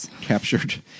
captured